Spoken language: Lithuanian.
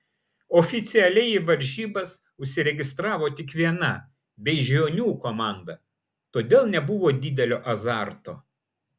oficialiai į varžybas užsiregistravo tik viena beižionių komanda todėl nebuvo didelio azarto